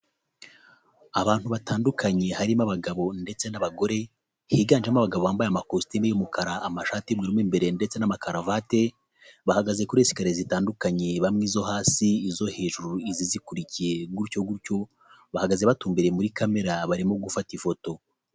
Abantu batandukanye harimo abagabo ndetse n'abagore, higanjemo abagabo bambaye amakositimu y'umukara, amashati y'umweru mo imbere ndetse n'amakaravate, bahagaze kuri esikariye zitandukanye bamwe izo hasi, izo hejuru, izikurikiye gutyo gutyo, bahagaze batumbereye muri kamera barimo gufata ifoto.